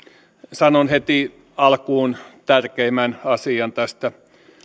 sanon heti alkuun tärkeimmän asian tästä